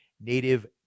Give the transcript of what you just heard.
native